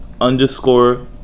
underscore